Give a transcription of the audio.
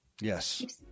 Yes